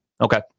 Okay